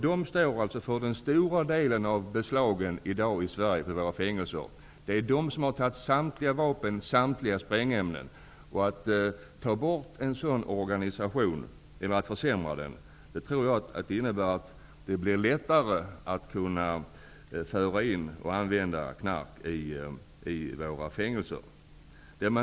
Dessa patruller står för den stora delen av beslag som görs på våra fängelser i dag. Det är dessa som har tagit samtliga vapen och sprängämnen i beslag. Att ta bort en sådan organisation eller att försämra den tror jag innebär att det blir lättare att föra in och använda knark på våra fängelser.